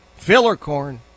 Fillercorn